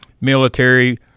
military